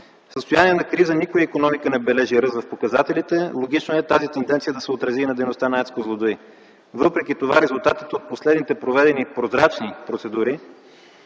В състояние на криза никоя икономика не бележи ръст в показателите. Логично е тази тенденция да се отрази и на дейността на АЕЦ „Козлодуй”. Въпреки това резултатите от последните проведени прозрачни процедури